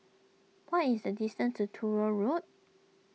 what is the distance to Truro Road